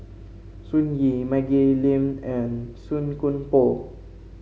Sun Yee Maggie Lim and Song Koon Poh